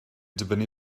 dibynnu